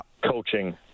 coaching